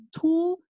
tool